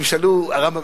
אם ישאלו: הרמב"ם,